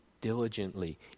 diligently